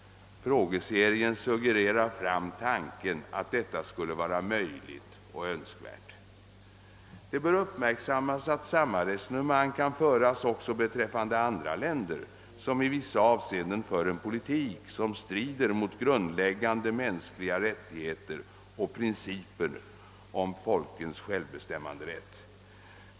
Frågeserien suggererar fram tanken att detta skulle vara både möjligt och önskvärt. Det bör uppmärksammas att samma resonemang kan föras också beträffande andra länder som i vissa avseenden bedriver politik som strider mot grundläggande mänskliga rättigheter och principer om folkens självbestämmanderätt.